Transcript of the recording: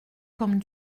comme